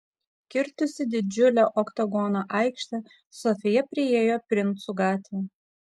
kirtusi didžiulę oktagono aikštę sofija priėjo princų gatvę